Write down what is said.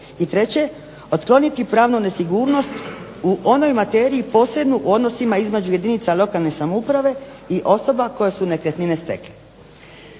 I treće, otkloniti pravnu nesigurnost u onoj materiji posebno u odnosima između jedinica lokalne samouprave i osoba koje su nekretnine stekle.